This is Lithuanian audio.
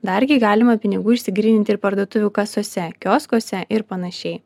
dar gi galima pinigų išsigryninti ir parduotuvių kasose kioskuose ir panašiai